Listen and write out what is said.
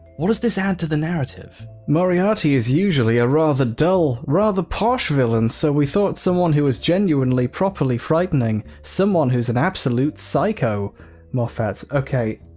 what does this add to the narrative? moriarty is usually a rather dull, rather posh villain so we thought someone who was genuinely properly frightening, someone who's an absolute psycho moffat sai okay.